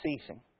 ceasing